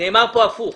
נאמר כאן הפוך.